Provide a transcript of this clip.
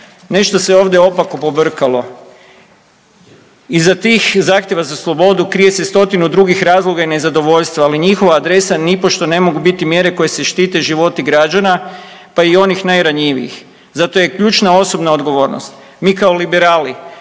Nešto se ovdje opako pobrkalo. Iza tih zahtjeva za slobodu krije se stotinu drugih razloga i nezadovoljstva, ali njihova adresa nipošto ne mogu biti mjere koje se štite životi građana, pa i onih najranjivijih. Zato je ključna osobna odgovornost. Mi kao liberali